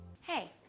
Hey